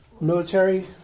Military